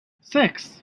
six